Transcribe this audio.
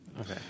Okay